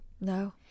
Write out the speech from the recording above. No